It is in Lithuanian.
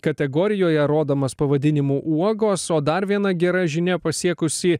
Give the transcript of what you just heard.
kategorijoje rodomas pavadinimu uogos o dar viena gera žinia pasiekusi